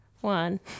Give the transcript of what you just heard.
one